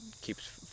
keeps